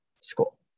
school